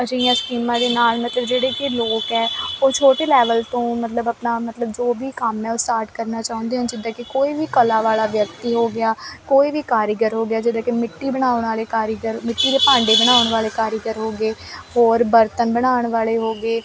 ਅਜਿਹੀਆਂ ਸਕੀਮਾਂ ਦੇ ਨਾਲ ਮਤਲਬ ਜਿਹੜੇ ਕਿ ਲੋਕ ਐ ਉਹ ਛੋਟੇ ਲੈਵਲ ਤੋਂ ਮਤਲਬ ਆਪਣਾ ਮਤਲਬ ਜੋ ਵੀ ਕੰਮ ਹ ਉਹ ਸਟਾਰਟ ਕਰਨਾ ਚਾਹੁੰਦੇ ਹੋ ਜਿੱਦਾਂ ਕਿ ਕੋਈ ਵੀ ਕਲਾ ਵਾਲਾ ਵਿਅਕਤੀ ਹੋ ਗਿਆ ਕੋਈ ਵੀ ਕਾਰੀਗਰ ਹੋ ਗਿਆ ਜਿਹਦਾ ਕਿ ਮਿੱਟੀ ਬਣਾਣ ਵਾਲੇ ਕਾਰੀਗਰ ਮਿੱਟੀ ਦੇ ਭਾਂਡੇ ਬਣਾਉਣ ਵਾਲੇ ਕਾਰੀਗਰ ਹੋਗੇ ਹੋਰ ਬਰਤਨ ਬਣਾਉਣ ਵਾਲੇ ਹੋ ਗਏ